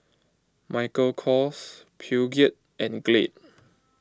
Michael Kors Peugeot and Glade